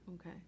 okay